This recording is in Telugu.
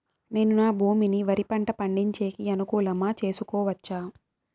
నేను నా భూమిని వరి పంట పండించేకి అనుకూలమా చేసుకోవచ్చా?